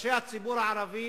ראשי הציבור הערבי